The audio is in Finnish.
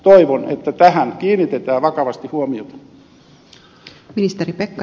toivon että tähän kiinnitetään vakavasti huomiota